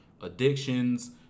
addictions